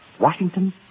Washington